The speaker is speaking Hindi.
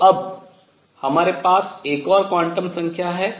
तो अब हमारे पास एक और क्वांटम संख्या है